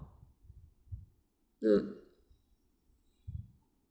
err